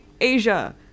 Asia